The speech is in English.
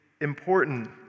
important